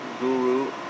Guru